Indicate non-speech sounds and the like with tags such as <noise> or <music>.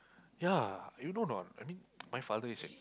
ya you know or not I mean <noise> my father is a